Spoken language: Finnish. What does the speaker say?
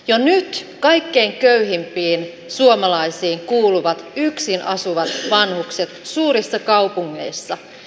jo nyt kaikkein köyhimpiin suomalaisiin kuuluvat yksin asuvat vanhukset suurissa kaupungeissa